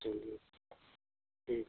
ठीक है ठीक